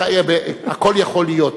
הכול יכול להיות.